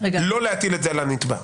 לא להטיל את זה על הנתבע.